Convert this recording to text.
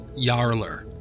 yarler